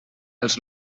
els